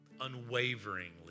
unwaveringly